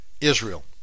Israel